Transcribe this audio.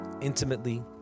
intimately